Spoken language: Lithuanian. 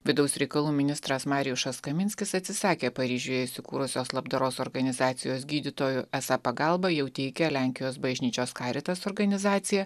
vidaus reikalų ministras marijušas kaminskis atsisakė paryžiuje įsikūrusios labdaros organizacijos gydytojų esą pagalbą jau teikia lenkijos bažnyčios kairitas organizacija